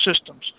systems